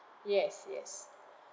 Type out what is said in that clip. yes yes